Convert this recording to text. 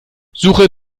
suche